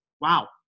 Wow